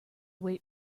wait